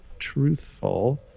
truthful